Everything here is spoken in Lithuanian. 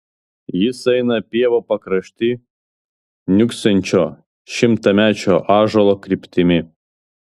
jis eina pievų pakrašty niūksančio šimtamečio ąžuolo kryptimi